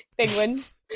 Penguins